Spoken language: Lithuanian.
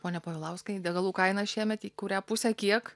pone povilauskai degalų kaina šiemet į kurią pusę kiek